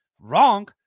Wrong